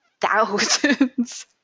thousands